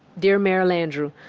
dear mayor landrieu,